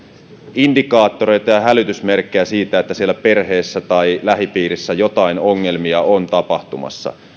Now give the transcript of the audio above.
indikaatioita ja hälytysmerkkejä siitä että perheessä tai lähipiirissä jotain ongelmia on tapahtumassa